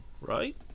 right